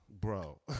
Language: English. Bro